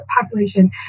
population